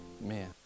man